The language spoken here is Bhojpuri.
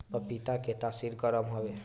पपीता के तासीर गरम हवे